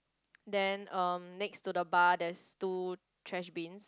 then um next to the bar there is two trash bin